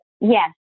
Yes